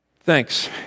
Thanks